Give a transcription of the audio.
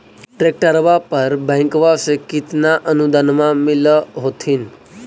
ट्रैक्टरबा पर बैंकबा से कितना अनुदन्मा मिल होत्थिन?